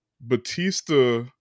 Batista